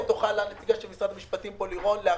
תוכל לגשת למשרד המשפטים על מנת להרחיב.